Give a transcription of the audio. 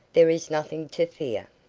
there is nothing to fear.